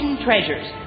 treasures